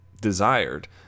desired